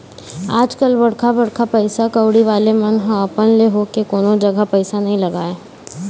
आजकल बड़का बड़का पइसा कउड़ी वाले मन ह अपन ले होके कोनो जघा पइसा नइ लगाय